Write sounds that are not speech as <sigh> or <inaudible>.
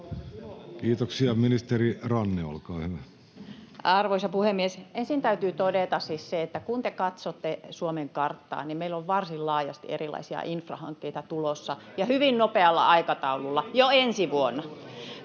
kesk) Time: 16:30 Content: Arvoisa puhemies! Ensin täytyy todeta siis se, että kun te katsotte Suomen karttaa, niin meillä on varsin laajasti erilaisia infrahankkeita tulossa ja hyvin nopealla aikataululla, <noise> jo ensi vuonna.